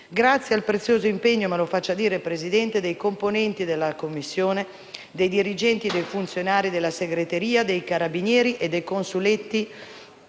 grazie al prezioso impegno - me lo faccia dire, signor Presidente - dei componenti della stessa, dei dirigenti e dei funzionari, della segreteria, dei carabinieri e dei consulenti